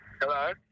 Hello